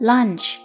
Lunch